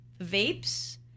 vapes